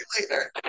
later